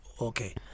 okay